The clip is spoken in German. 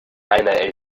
einer